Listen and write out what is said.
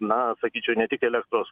na sakyčiau ne tik elektros